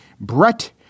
Brett